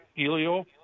Elio